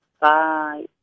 Bye